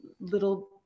little